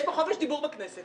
יש פה חופש דיבור בכנסת.